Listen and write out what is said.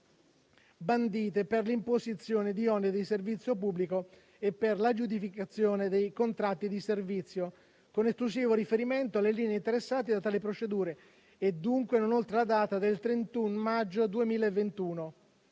bandite per l'imposizione di oneri di servizio pubblico e per l'aggiudicazione dei contratti di servizio, con esclusivo riferimento alle linee interessate da tali procedure e dunque non oltre la data del 31 maggio 2021.